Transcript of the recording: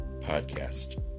podcast